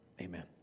amen